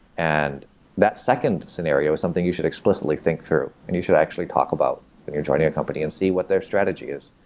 and that second scenario is something you should explicitly think through and you should actually talk about when you're joining a company and see what their strategy is,